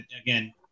again